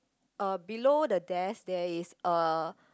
uh below the desk there is a